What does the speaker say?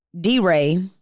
D-Ray